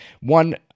One